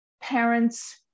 parents